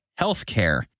healthcare